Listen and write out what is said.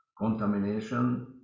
contamination